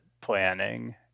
planning